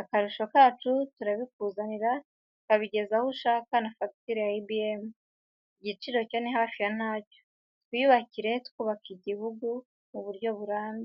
Akarusho kacu turabikuzanira tukabigeza aho ushaka na fagitire ya ibiyemu. Igiciro cyo ni hafi ya ntacyo, twiyubakire twubaka n'igihugu mu buryo burambye.